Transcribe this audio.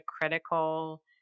critical